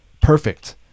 perfect